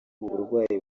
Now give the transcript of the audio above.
uburwayi